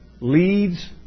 leads